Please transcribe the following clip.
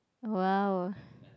!wow!